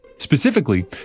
Specifically